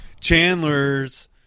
Chandler's